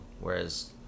whereas